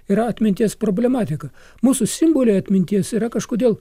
ir atminties problematika mūsų simboliai atminties yra kažkodėl